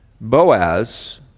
Boaz